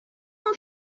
not